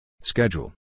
Schedule